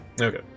Okay